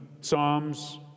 Psalms